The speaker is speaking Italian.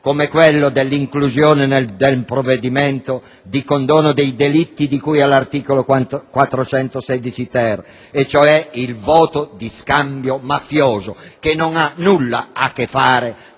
come quello dell'inclusione del provvedimento di condono dei delitti di cui all'articolo 416-*ter* del codice penale, cioè il voto di scambio mafioso, che non ha nulla a che fare con